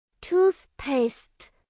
toothpaste